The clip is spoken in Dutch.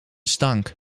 stank